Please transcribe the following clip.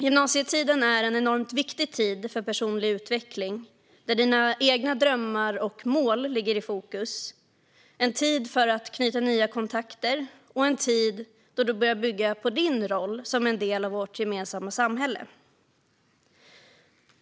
Gymnasietiden är en enormt viktig tid för personlig utveckling där dina egna drömmar och mål ligger i fokus - en tid för att knyta nya kontakter och en tid då du börjar bygga på din roll som del av vårt gemensamma samhälle.